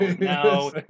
no